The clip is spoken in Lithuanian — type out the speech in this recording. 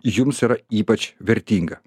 jums yra ypač vertinga